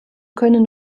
können